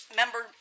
member